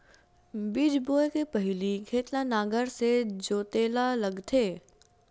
बीज बोय के पहिली खेत ल नांगर से जोतेल लगथे?